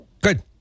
good